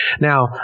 Now